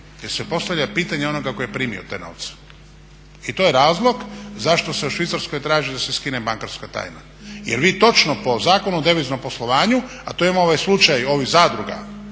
gdje se postavlja pitanje onoga tko je primio te novce i to je razlog zašto se u Švicarskoj traži da se skine bankarska tajna jer vi točno po Zakonu o deviznom poslovanju, a to je imamo ovaj slučaj ovih zadruga